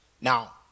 Now